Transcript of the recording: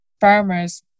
farmers